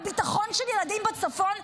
הביטחון של ילדים בצפון,